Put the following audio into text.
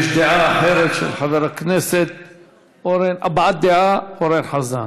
יש דעה אחרת, הבעת דעה, אורן חזן.